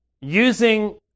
using